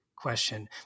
question